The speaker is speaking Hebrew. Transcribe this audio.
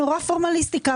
נורא פורמליסטיקה,